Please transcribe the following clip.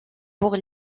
pour